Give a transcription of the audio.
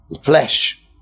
flesh